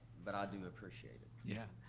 but i do appreciate it. yeah.